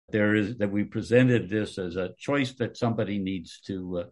יש... אנחנו פרסמתי את זה כחלילה שמישהו צריך להתפתח.